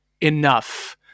enough